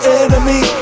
enemy